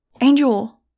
Angel